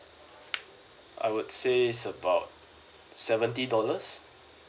I would say is about seventy dollars